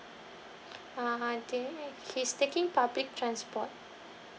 uh he's taking public transport